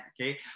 okay